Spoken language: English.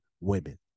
women